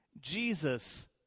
Jesus